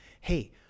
Hey